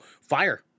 Fire